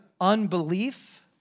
unbelief